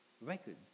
record